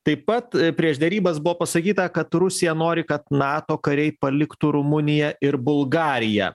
taip pat prieš derybas buvo pasakyta kad rusija nori kad nato kariai paliktų rumuniją ir bulgariją